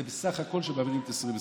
זה בסך הכול שמעבירים את 2020,